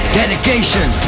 dedication